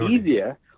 easier